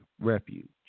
refuge